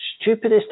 stupidest